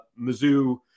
Mizzou